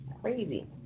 crazy